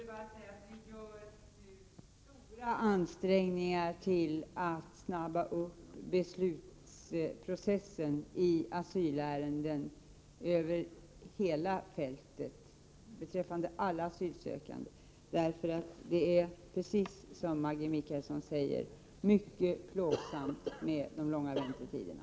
Herr talman! Vi gör nu stora ansträngningar för att påskynda beslutsprocessen i asylärenden över hela fältet beträffande alla asylsökande. Det är, precis som Maggi Mikaelsson säger, mycket plågsamt med de långa väntetiderna.